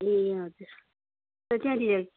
ए हजुर